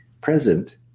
present